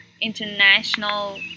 international